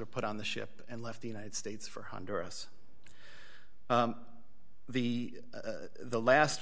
were put on the ship and left the united states for honduras the the last